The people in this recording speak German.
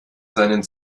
seinen